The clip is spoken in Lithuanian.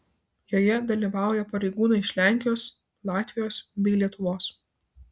joje dalyvauja pareigūnai iš lenkijos latvijos bei lietuvos